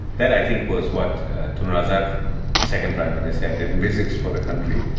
that i think was what tun razak, the second prime minister and envisaged for the country.